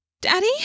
Daddy